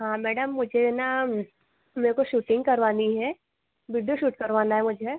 हाँ मैडम मुझे ना मेरे को शूटिंग करवानी है विडियो शूट करवाना है मुझे